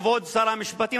כבוד שר המשפטים,